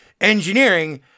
engineering